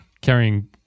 carrying –